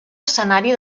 escenari